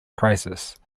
crisis